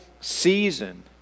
season